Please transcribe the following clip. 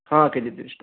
ହଁ K G ତିରିଶ ଟଙ୍କା